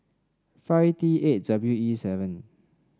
five T eight W E seven